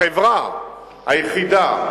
החברה היחידה,